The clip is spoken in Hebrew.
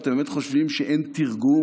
אתם באמת חושבים שאין תרגום?